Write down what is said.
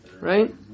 right